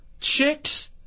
Chicks